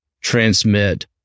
transmit